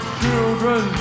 children